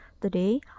Today